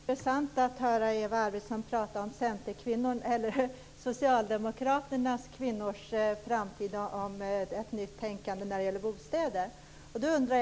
Fru talman! Det är intressant att höra Eva Arvidsson prata om de socialdemokratiska kvinnornas nya tänkande när det gäller bostäder i framtiden.